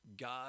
God